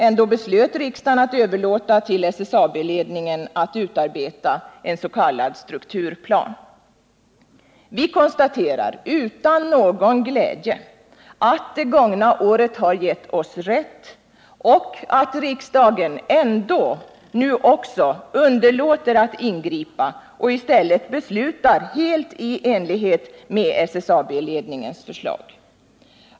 Ändå beslöt riksdagen att överlåta till SSAB-ledningen att utarbeta en s.k. strukturplan. Vi konstaterar utan någon glädje att det gångna året gett oss rätt och att riksdagen ändå underlåter att ingripa och i stället beslutar helt i enlighet med SSAB-ledningens förslag.